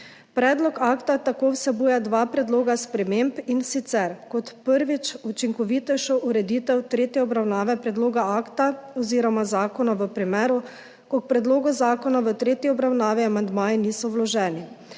Predlog akta tako vsebuje dva predloga sprememb, in sicer kot prvič, učinkovitejšo ureditev tretje obravnave predloga akta oziroma zakona v primeru, ko k predlogu zakona v tretji obravnavi amandmaji niso vloženi.